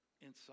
inside